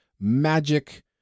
magic